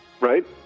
Right